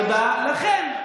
תודה לכם.